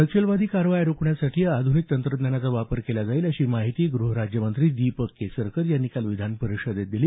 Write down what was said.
नक्षलवादी कारवाया रोखण्यासाठी आध्निक तंत्रज्ञानाचा वापर केला जाईल अशी माहिती गृह राज्यमंत्री दिपक केसरकर यांनी काल विधानपरिषदेत दिली